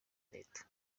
leta